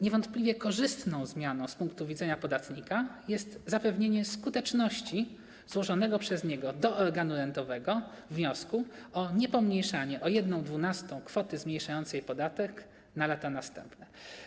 Niewątpliwie korzystną zmianą z punktu widzenia podatnika jest zapewnienie skuteczności złożonego przez niego do organu rentowego wniosku o niepomniejszanie o 1/12 kwoty zmniejszającej podatek na lata następne.